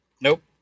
Nope